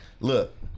Look